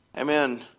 Amen